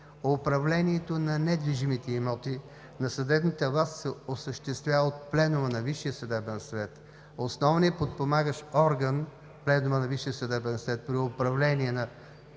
управлението на недвижимите имоти на съдебната власт – осъществява се от Пленума на Висшия съдебен съвет. Основният подпомагащ орган на Пленума на Висшия съдебен съвет при управление на